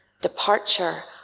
departure